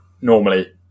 normally